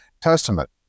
testament